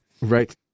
Right